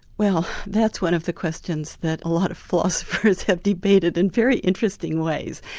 well, that's one of the questions that a lot of philosophers have debated in very interesting ways.